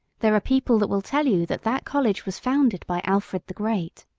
there are people that will tell you that that college was founded by alfred the great.